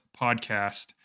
podcast